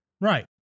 Right